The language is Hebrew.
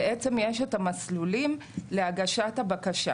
יש מסלולים להגשת הבקשה.